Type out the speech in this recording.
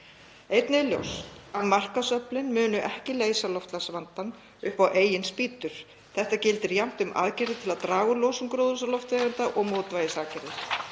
Einnig er ljóst að markaðsöflin munu ekki leysa loftslagsvandann upp á eigin spýtur. Þetta gildir jafnt um aðgerðir til að draga úr losun gróðurhúsalofttegunda og mótvægisaðgerðir.